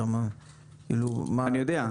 אני יודע.